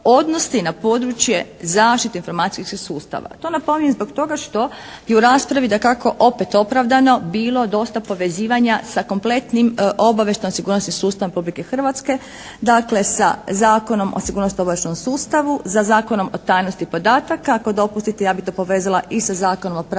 odnosi na područje zaštite informacijskih sustava. To napominjem i zbog toga što i u raspravi dakako opet opravdano bilo dosta povezivanja sa kompletnim obavještajno-sigurnosnim sustavom Republike Hrvatske. Dakle sa Zakonom o sigurnosno-obavještajnom sustavu. Sa Zakonom o tajnosti podataka. Ako dopustite ja bih to povezala i sa Zakonom o pravu